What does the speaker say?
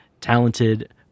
talented